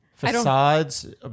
Facades